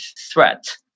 threat